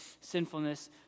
sinfulness